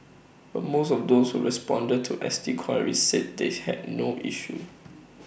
but most of those who responded to S T queries said they had no issue